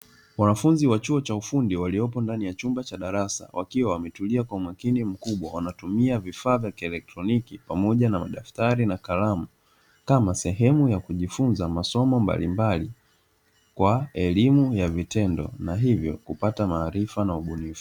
Wanafunzi wa chuo cha ufundi walioko ndani ya chumba cha darasa, wakiwa wametulia kwa umakini mkubwa, wanatumia vifaa vya kielektoniki pamoja na madaftari na kalamu, kama sehemu ya kujifunza masomo mbalimbali kwa elimu ya vitendo, na hivyo kupata maarifa na ubunifu.